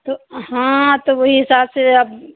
तो हाँ तो वही हिसाब से अब